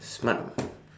smart or not